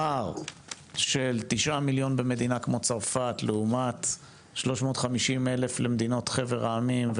פער של 9 מיליון במדינה כמו צרפת לעומת 350,000 למדינות חבר העמים,